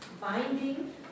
binding